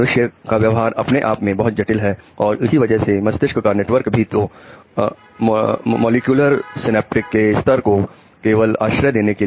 मनुष्य का व्यवहार अपने आप में बहुत जटिल है और इसी वजह से मस्तिष्क का नेटवर्क भी तो आणविक अंतर ग्रंथन के स्तर को केवल आश्रय देने के लिए